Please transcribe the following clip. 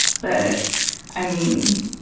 but i mean,